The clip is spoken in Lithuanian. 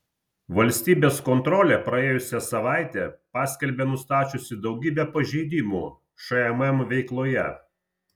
valstybės kontrolė praėjusią savaitę paskelbė nustačiusi daugybę pažeidimų šmm veikloje